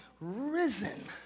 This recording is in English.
risen